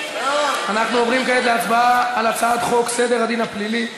אנחנו עוברים כעת להצבעה על הצעת חוק סדר הדין הפלילי (תיקון,